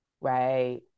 Right